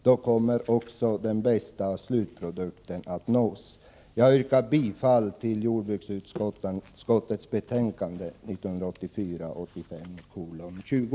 Då kommer den bästa slutprodukten att nås. Jag yrkar bifall till jordbruksutskottets hemställan i dess betänkande 1984/85:20.